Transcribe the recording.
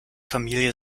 familie